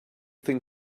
think